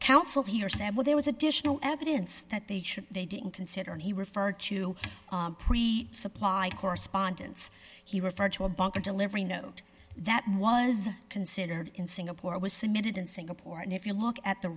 council here said well there was additional evidence that they should they didn't consider and he referred to supplied correspondence he referred to a bunker delivery note that was considered in singapore was submitted in singapore and if you look at the